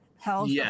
health